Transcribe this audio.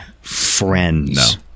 friends